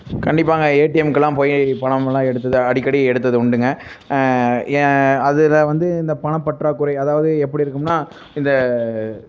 கண்டிப்பாங்க ஏடிஎம்க்கெலாம் போய் பணம்லாம் எடுத்தது அடிக்கடி எடுத்தது உண்டுங்க என் அதில் வந்து இந்த பணப்பற்றாக்குறை அதாவது எப்படி இருக்கும்னால் இந்த